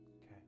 Okay